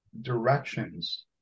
directions